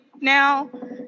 now